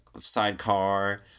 sidecar